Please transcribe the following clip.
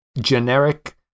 generic